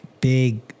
big